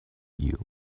you